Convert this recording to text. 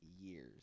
years